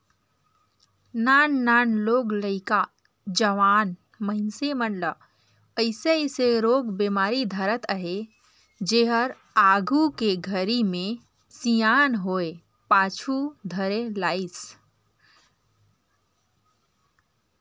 नान नान लोग लइका, जवान मइनसे मन ल अइसे अइसे रोग बेमारी धरत अहे जेहर आघू के घरी मे सियान होये पाछू धरे लाइस